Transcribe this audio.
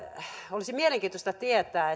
olisi mielenkiintoista tietää